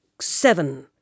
seven